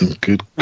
Good